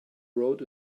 road